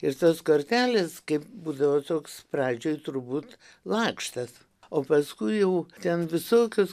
ir tos kartelės kai būdavo toks pradžioj turbūt lakštas o paskui jau ten visokios